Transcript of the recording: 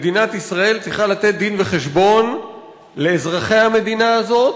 מדינת ישראל צריכה לתת דין-וחשבון לאזרחי המדינה הזאת